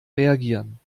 reagieren